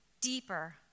deeper